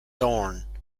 dorn